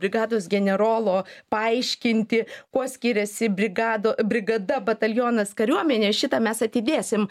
brigados generolo paaiškinti kuo skiriasi brigado brigada batalionas kariuomenė šitą mes atidėsim